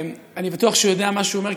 אני בטוח שהוא יודע מה שהוא אומר,